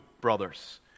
brothers